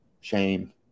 shame